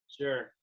Sure